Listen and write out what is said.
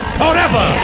forever